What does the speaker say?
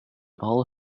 all